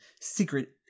secret